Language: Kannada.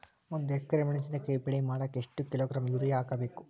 ಒಂದ್ ಎಕರೆ ಮೆಣಸಿನಕಾಯಿ ಬೆಳಿ ಮಾಡಾಕ ಎಷ್ಟ ಕಿಲೋಗ್ರಾಂ ಯೂರಿಯಾ ಹಾಕ್ಬೇಕು?